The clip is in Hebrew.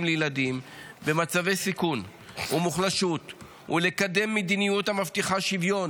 לילדים במצבי סיכון ומוחלשות ולקדם מדיניות המבטיחה שוויון